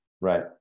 Right